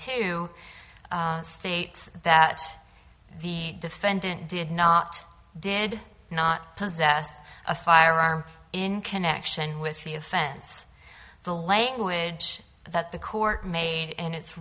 two states that the defendant did not did not possess a firearm in connection with the offense the language that the court made in it